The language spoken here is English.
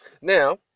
Now